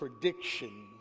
prediction